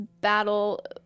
battle